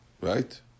right